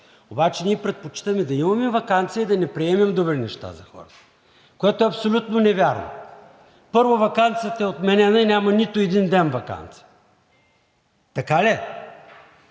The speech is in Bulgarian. Обаче ние предпочитаме да имаме ваканция и да не приемем добри неща за хората, което е абсолютно невярно. Първо, ваканцията е отменена и няма нито един ден ваканция. Така ли